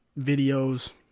videos